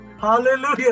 hallelujah